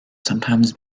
sometimes